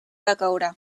decaure